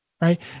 Right